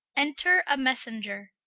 enter a messenger.